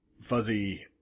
fuzzy